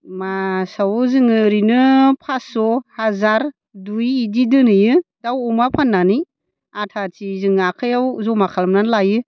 मासाव जोङो ओरैनो पास्स' हाजार दुइ बिदि दोनहैयो दाउ अमा फाननानै आधा आधि जों आखाइआव जमा खालामनानै लायो